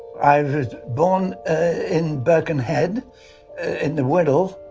born in birkenhead in the wirral,